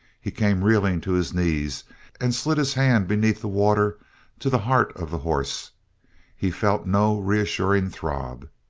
he came reeling to his knees and slid his hand beneath the water to the heart of the horse he felt no reassuring throb.